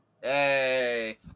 Hey